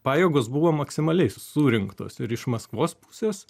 pajėgos buvo maksimaliai surinktos ir iš maskvos pusės